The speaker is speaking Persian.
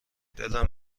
دلم